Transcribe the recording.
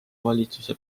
valitsuse